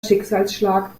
schicksalsschlag